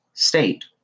state